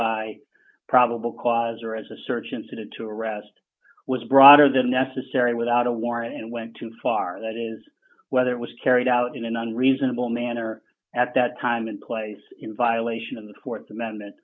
by probable cause or as a search incident to arrest was broader than necessary without a warrant and went too far that is whether it was carried out in an unreasonable manner at that time and place in violation of the th amendment